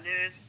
news